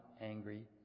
angry